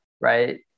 right